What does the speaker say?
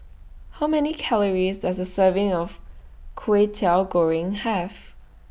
How Many Calories Does A Serving of Kway Teow Goreng Have